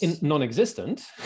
non-existent